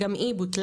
גם היא בוטלה.